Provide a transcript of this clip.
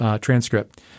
transcript